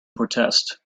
protest